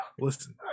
listen